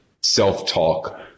self-talk